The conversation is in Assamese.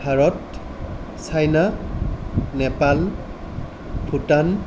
ভাৰত চাইনা নেপাল ভূটান